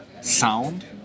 sound